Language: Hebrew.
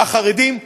החרדים,